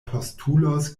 postulos